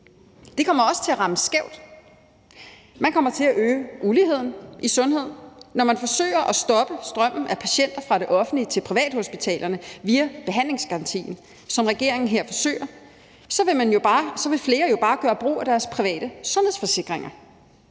Det kommer også til at ramme skævt. Man kommer til at øge uligheden i sundhed. Når man forsøger at stoppe strømmen af patienter fra det offentlige til privathospitalerne via behandlingsgarantien, som regeringen her forsøger, så vil flere jo bare gøre brug af deres private sundhedsforsikringer.